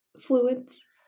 fluids